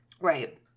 Right